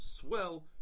swell